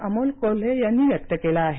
अमोल कोल्हे यांनी व्यक्त केला आहे